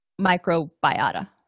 microbiota